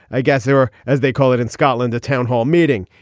i guess there as they call it in scotland the town hall meeting.